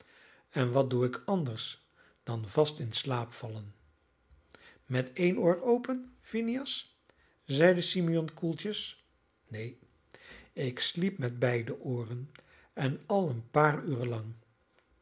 en wat doe ik anders dan vast in slaap vallen met één oor open phineas zeide simeon koeltjes neen ik sliep met beide ooren en al een paar uren lang